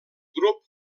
grup